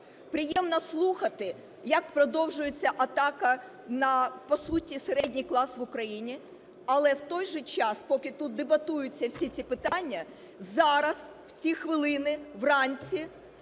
приємно слухати, як продовжується атака на по суті середній клас в Україні, але в той же час, поки тут дебатуються всі ці питання, зараз в ці хвилини вранці